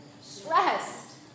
Stressed